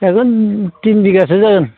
जागोन थिन बिगासो जागोन